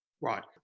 Right